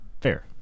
Fair